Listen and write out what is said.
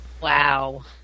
Wow